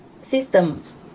systems